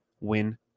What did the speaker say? win